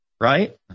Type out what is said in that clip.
right